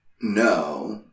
no